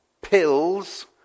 pills